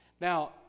Now